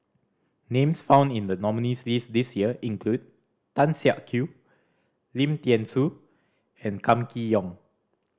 names found in the nominees' list this year include Tan Siak Kew Lim Thean Soo and Kam Kee Yong